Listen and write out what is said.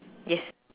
yes